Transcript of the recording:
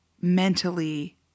mentally